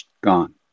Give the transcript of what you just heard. gone